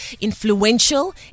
influential